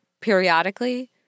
periodically